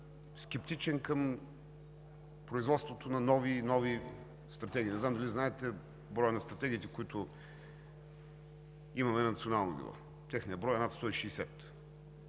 скептичен към производството на нови и нови стратегии. Не знам дали знаете броя на стратегиите, които имаме на национално ниво. Техният брой е над 160!